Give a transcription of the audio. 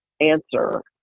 answer